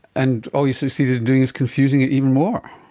and all you succeeded in doing is confusing it even more.